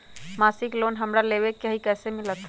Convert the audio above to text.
मासिक लोन हमरा लेवे के हई कैसे मिलत?